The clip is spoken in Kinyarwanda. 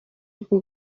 bwo